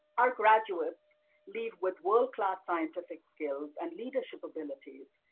our graduates leave with world class scientific skills and leadership abilities,